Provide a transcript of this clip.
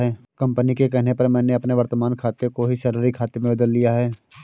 company के कहने पर मैंने अपने वर्तमान खाते को ही सैलरी खाते में बदल लिया है